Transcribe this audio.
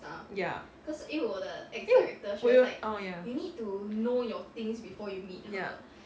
ya 因为我有 orh ya ya